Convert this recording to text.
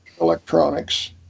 electronics